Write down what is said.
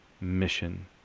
mission